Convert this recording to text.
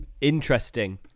interesting